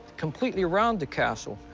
completely around the castle.